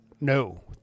No